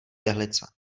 jehlice